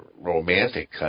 romantic